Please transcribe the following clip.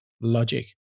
logic